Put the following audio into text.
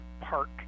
park